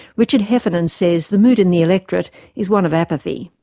richard heffernan says the mood in the electorate is one of apathy.